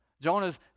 Jonah's